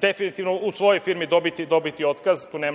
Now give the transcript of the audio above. definitivno u svojoj firmi dobiti otkaz, tu nemam